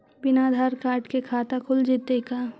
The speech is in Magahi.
बिना आधार कार्ड के खाता खुल जइतै का?